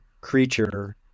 creature